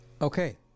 Okay